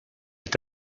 est